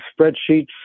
spreadsheets